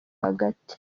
hagati